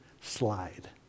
slide